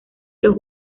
los